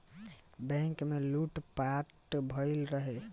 bank में लूट पाट भईल रहे